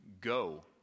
go